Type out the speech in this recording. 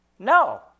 No